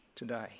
today